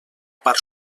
part